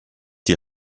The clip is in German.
die